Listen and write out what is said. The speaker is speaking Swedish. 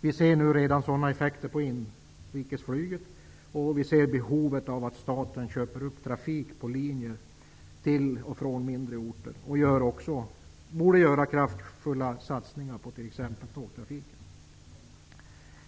Vi ser redan nu sådana effekter på inrikesflyget, och vi ser behovet av att staten köper upp trafik på linjer till och från mindre orter. Staten borde göra kraftfulla satsningar på t.ex. tågtrafiken.